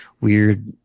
weird